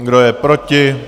Kdo je proti?